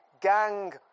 gang